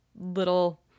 little